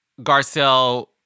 Garcelle